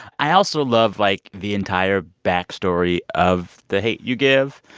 i also love, like, the entire backstory of the hate u give.